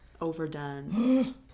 Overdone